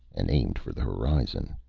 and aimed for the horizon.